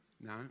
No